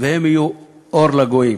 והם יהיו אור לגויים.